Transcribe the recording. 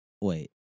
wait